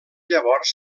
llavors